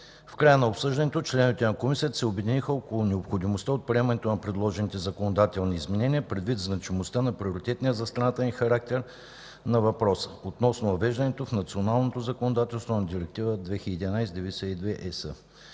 В края на обсъждането членовете на Комисията се обединиха около необходимостта от приемането на предложените законодателни изменения, предвид значимостта на приоритетния за страната ни характер на въпроса, относно въвеждането в националното законодателство на Директива 2011/92/ЕС.